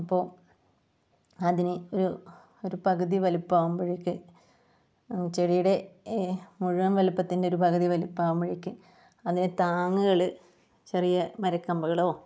അപ്പോൾ അതിന് ഒരു ഒരു പകുതി വലിപ്പം ആകുമ്പോഴേക്കും ചെടിയുടെ മുഴുവൻ വലുപ്പത്തിൻ്റെ ഒരു പകുതി വലിപ്പം ആകുമ്പോഴേക്കും അതിന് താങ്ങുകൾ ചെറിയ മരക്കമ്പുകളോ